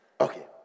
Okay